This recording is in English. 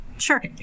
sure